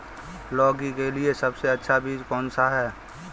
लौकी के लिए सबसे अच्छा बीज कौन सा है?